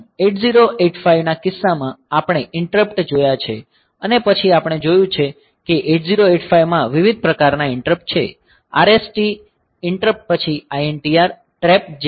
8085 ના કિસ્સામાં આપણે ઈંટરપ્ટસ જોયા છે અને પછી આપણે જોયું છે કે 8085 માં વિવિધ પ્રકારના ઈંટરપ્ટ છે RST ઇન્ટરપ્ટ પછી INTR TRAP તેના જેવા છે